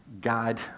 God